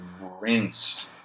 rinsed